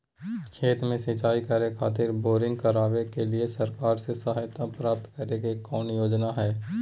खेत में सिंचाई करे खातिर बोरिंग करावे के लिए सरकार से सहायता प्राप्त करें के कौन योजना हय?